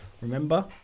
remember